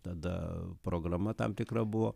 tada programa tam tikra buvo